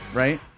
Right